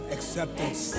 Acceptance